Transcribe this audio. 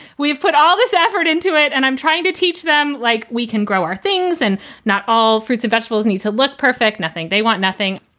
we've put all this effort into it and i'm trying to teach them like we can grow our things. and not all fruits and vegetables need to look perfect. nothing. they want nothing.